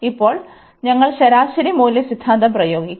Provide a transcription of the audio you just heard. ഇപ്പോൾ ഞങ്ങൾ ശരാശരി മൂല്യ സിദ്ധാന്തം പ്രയോഗിക്കും